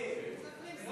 היא לא תקציבית.